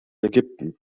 ägypten